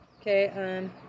Okay